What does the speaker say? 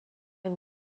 une